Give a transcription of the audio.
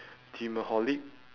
gymaholic